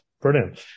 Brilliant